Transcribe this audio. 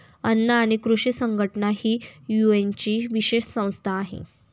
अन्न आणि कृषी संघटना ही युएनची विशेष संस्था आहे